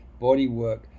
bodywork